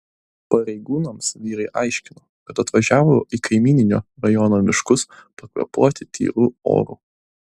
pareigūnams vyrai aiškino kad atvažiavo į kaimyninio rajono miškus pakvėpuoti tyru oru